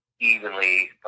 evenly